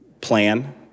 plan